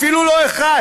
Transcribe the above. אפילו לא אחד,